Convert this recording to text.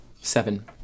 Seven